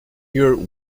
your